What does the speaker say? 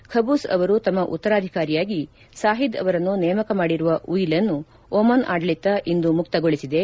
Qaboos ಅವರು ತಮ್ಮ ಉತ್ತರಾಧಿಕಾರಿಯಾಗಿ ಸಾಹಿದ್ ಅವರನ್ನು ನೇಮಕ ಮಾಡಿರುವ ಉಯಿಲನ್ನು ಓಮನ್ ಆಡಳಿತ ಇಂದು ಮುಕ್ತಗೊಳಿಸಿದೆ